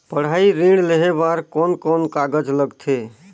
पढ़ाई ऋण लेहे बार कोन कोन कागज लगथे?